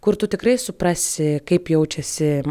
kur tu tikrai suprasi kaip jaučiasi